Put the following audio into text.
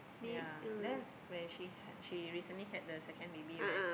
yea then when she had she recently had the baby right